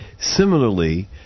Similarly